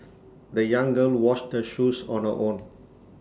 the young girl washed her shoes on her own